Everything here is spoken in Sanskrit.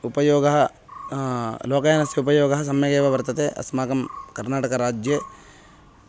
उपयोगः लोकयानस्य उपयोगः सम्यगेव वर्तते अस्माकं कर्नाटकराज्ये